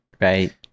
right